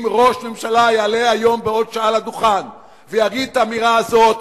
אם ראש ממשלה יעלה היום בעוד שעה לדוכן ויגיד את האמירה הזאת,